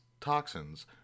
toxins